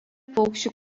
paukščių